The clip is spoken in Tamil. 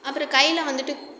அப்புறம் கையில் வந்துவிட்டு